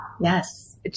Yes